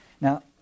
Now